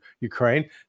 Ukraine